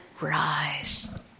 rise